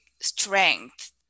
strength